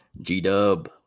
G-Dub